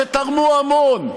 שתרמו המון,